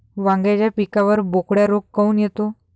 वांग्याच्या पिकावर बोकड्या रोग काऊन येतो?